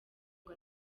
ngo